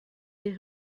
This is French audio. des